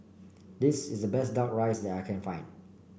this is the best duck rice that I can find